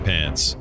Pants